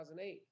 2008